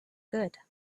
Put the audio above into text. good